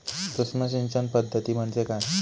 सूक्ष्म सिंचन पद्धती म्हणजे काय?